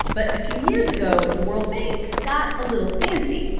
but a few years ago, the world bank got a little fancy.